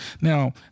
Now